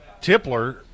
Tipler